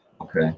Okay